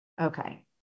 Okay